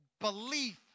belief